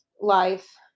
life